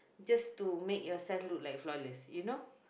just to make yourself look like flawless you know